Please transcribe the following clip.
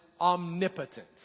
omnipotent